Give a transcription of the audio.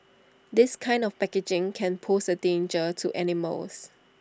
this kind of packaging can pose A danger to animals